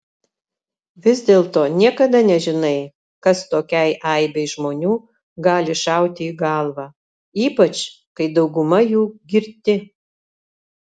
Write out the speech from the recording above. vis dėlto niekada nežinai kas tokiai aibei žmonių gali šauti į galvą ypač kai dauguma jų girti